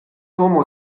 homo